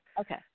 okay